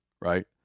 right